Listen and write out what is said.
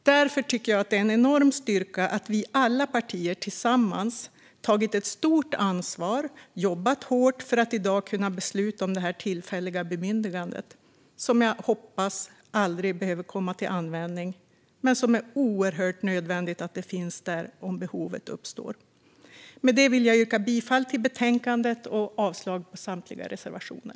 Därför tycker jag att det är en enorm styrka att vi alla partier tillsammans har tagit ett stort ansvar och jobbat hårt för att i dag kunna besluta om detta tillfälliga bemyndigande. Jag hoppas att det aldrig behöver komma till användning, men det är oerhört nödvändigt att det finns där om behovet uppstår. Med detta vill jag yrka bifall till utskottets förslag i betänkandet och avslag på samtliga reservationer.